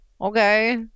okay